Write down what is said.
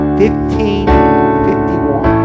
1551